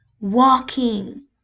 walking